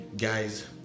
Guys